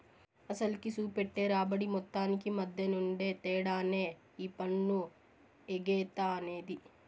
అసలుకి, సూపెట్టే రాబడి మొత్తానికి మద్దెనుండే తేడానే ఈ పన్ను ఎగేత అనేది